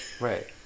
Right